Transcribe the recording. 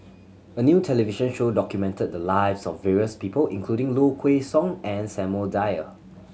a new television show documented the lives of various people including Low Kway Song and Samuel Dyer